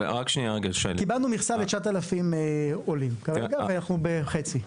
קיבלנו מכסה ל-9,000 עולים כרגע, ואנחנו בחצי.